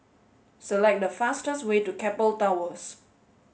select the fastest way to Keppel Towers